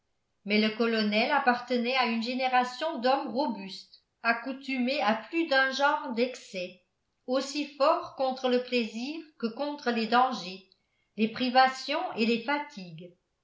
mais le colonel appartenait à une génération d'hommes robustes accoutumés à plus d'un genre d'excès aussi forts contre le plaisir que contre les dangers les privations et les fatigues